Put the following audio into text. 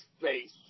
face